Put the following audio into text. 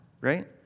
Right